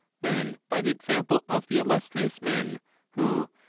than by the example of the illustrious men who,